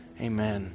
Amen